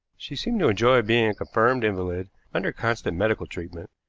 she seemed to enjoy being a confirmed invalid under constant medical treatment,